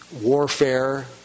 warfare